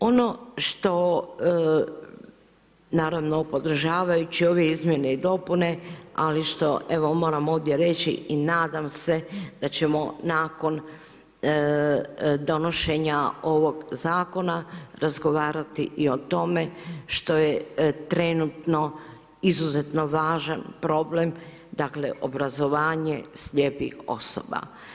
Ono što naravno podržavajući ove izmjene i dopune, ali što evo moram ovdje reći i nadam se da ćemo nakon donošenja ovog zakona razgovarati i o tome što je trenutno izuzetno važan problem, dakle obrazovanje slijepih osoba.